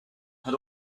had